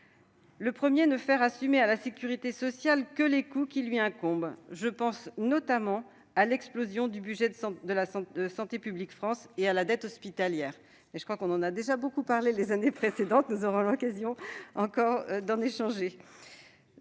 consiste à ne faire assumer à la sécurité sociale que les coûts lui incombant. Je pense notamment à l'explosion du budget de Santé publique France et à la dette hospitalière,